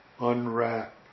unwrap